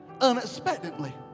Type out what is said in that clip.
unexpectedly